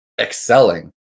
excelling